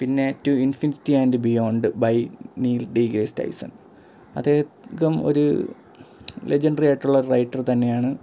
പിന്നെ to infinity and beyond by Neil de Grasse Tyson അദ്ദേഹം ഒര് ലെജൻറ്ററിയായിട്ടുള്ള റൈറ്റർ തന്നെയാണ്